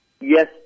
Yes